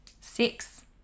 Six